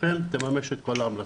שאכן תממש את כל ההמלצות,